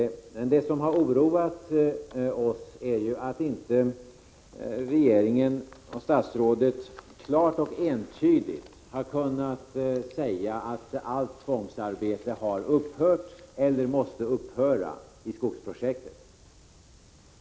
Det som har oroat oss är att regeringen och statsrådet inte klart och entydigt har kunnat säga att allt tvångsarbete i skogsprojektet har upphört eller måste upphöra.